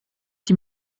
die